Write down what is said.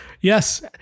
Yes